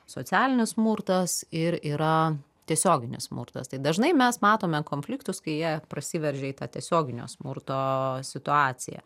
socialinis smurtas ir yra tiesioginis smurtas tai dažnai mes matome konfliktus kai jie prasiveržia į tą tiesioginio smurto situaciją